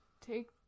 take